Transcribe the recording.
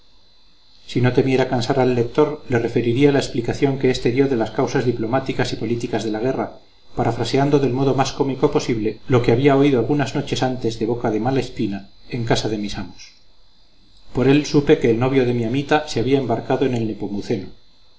si no temiera cansar al lector le referiría la explicación que éste dio de las causas diplomáticas y políticas de la guerra parafraseando del modo más cómico posible lo que había oído algunas noches antes de boca de malespina en casa de mis amos por él supe que el novio de mi amita se había embarcado en el